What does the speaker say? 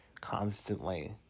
constantly